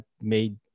made